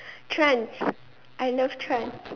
trends I love trends